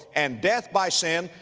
and death by sin,